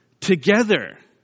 together